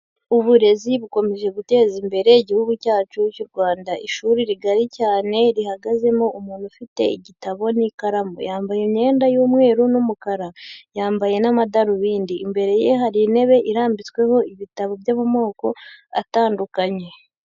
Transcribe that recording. Uburezi bukomeje guteza imbere igihugu cyacu cy'u Rwanda. Ishuri rigari cyane rihagazemo umuntu ufite igitabo n'ikaramu, yambaye imyenda y'umweru n'umukara, yambaye n'amadarubindi. Imbere ye hari intebe irambitsweho ibitabo byo mu moko atandukanye.